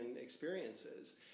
experiences